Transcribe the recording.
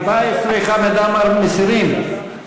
14, חמד עמאר, מסירים?